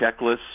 checklists